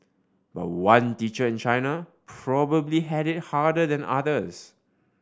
but one teacher in China probably had it harder than others